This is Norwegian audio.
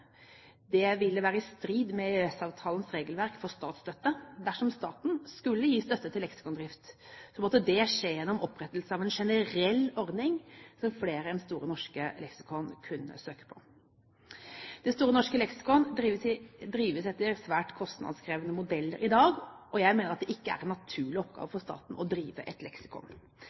Det ville være i strid med EØS-avtalens regelverk for statsstøtte. Dersom staten skulle gi støtte til leksikondrift, måtte det skje gjennom opprettelse av en generell ordning som flere enn Store norske leksikon kunne søke på. Store norske leksikon drives etter en svært kostnadskrevende modell i dag, og jeg mener at det ikke er en naturlig oppgave for staten å drive et leksikon.